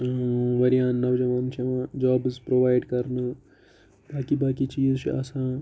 واریَہَن نوجَوانَن چھِ یِوان جابٕس پرووایِڈ کَرنہٕ باقٕے باقٕے چیٖز چھِ آسان